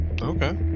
Okay